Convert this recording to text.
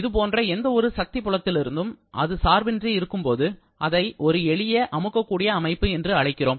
இதுபோன்ற எந்தவொரு சக்தி புலத்திலிருந்தும் அது சார்பின்றி இருக்கும்போது அதை ஒரு எளிய அமுக்கக்கூடிய அமைப்பு என்று அழைக்கிறோம்